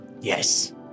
Yes